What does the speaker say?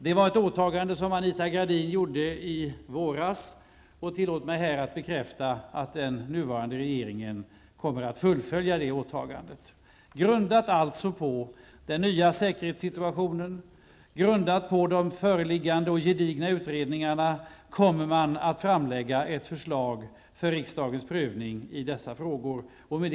Detta åtagande gjorde Anita Gradin i våras. Tillåt mig här bekräfta att den nuvarande regeringen kommer att fullfölja detta åtagande. Med grund alltså i den nya säkerhetspolitiska situationen och i de föreliggande gedigna utredningarna kommer man att framlägga förslag i dessa frågor som riksdagen sedan har att pröva.